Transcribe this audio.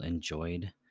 enjoyed